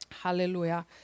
Hallelujah